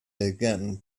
again